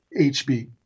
HB